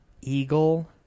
eagle